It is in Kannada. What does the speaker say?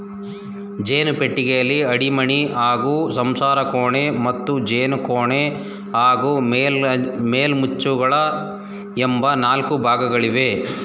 ಜೇನು ಪೆಟ್ಟಿಗೆಯಲ್ಲಿ ಅಡಿಮಣೆ ಹಾಗೂ ಸಂಸಾರಕೋಣೆ ಮತ್ತು ಜೇನುಕೋಣೆ ಹಾಗೂ ಮೇಲ್ಮುಚ್ಚಳ ಎಂಬ ನಾಲ್ಕು ಭಾಗಗಳಿವೆ